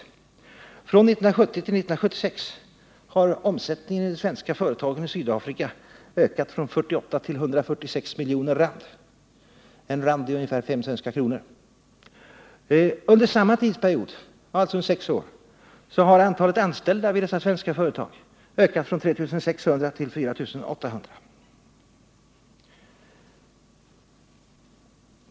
Från 1970 till 1976 har omsättningen i de svenska företagen i Sydafrika ökat från 48 miljoner till 146 miljoner rand — 1 rand är ungefär 5 svenska kronor. Under samma tidsperiod —-alltså sex år — har antalet anställda vid dessa svenska företag ökat från 3 600 till 4 800.